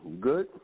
Good